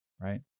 right